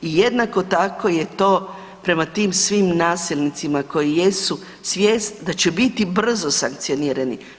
I jednako tako je to prema tim svim nasilnicima koji jesu svijest da će biti brzo sankcionirani.